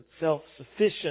self-sufficient